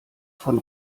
von